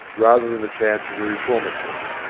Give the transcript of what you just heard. rather than the chance of a reformatory.